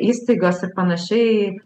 įstaigos ir panašiai